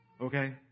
okay